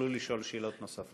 שאלות נוספות.